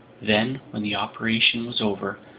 then, when the operation was over,